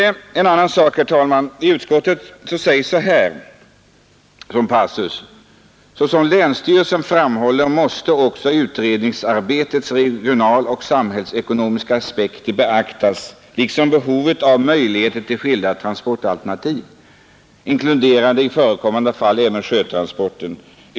I en passus på s. 4 i utskottets betänkande skriver utskottet så här: ”Såsom länsstyrelserna framhållit måste också i utredningsarbetet regionaloch samhällsekonomiska aspekter beaktas liksom behovet av möjligheter till skilda transportalternativ — inkluderande i förekommande fall även sjötransporter.